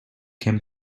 came